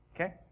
Okay